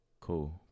Cool